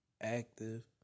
active